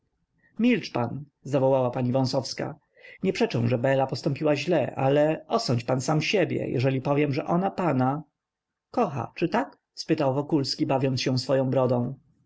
pan zawołała pani wąsowska nie przeczę że bela postąpiła źle ale osądź pan sam siebie jeżeli powiem że ona pana kocha czy tak spytał wokulski bawiąc się swoją brodą